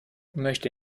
möchte